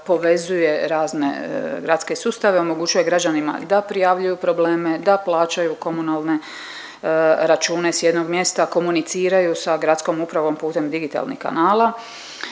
povezuje razne gradske sustave i omogućuje građanima da prijavljuju probleme, da plaćaju komunalne račune s jednog mjesta, komuniciraju s gradskom upravom putem digitalnih kanala.